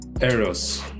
eros